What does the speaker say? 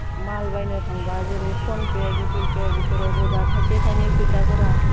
माल बायनो थांबा जेरै फनपे गुगोल पे बिफोरावबो दा थाइसे थाइनै फैसाफोरा